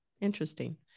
Interesting